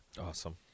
Awesome